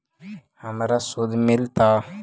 हमरा शुद्ध मिलता?